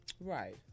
Right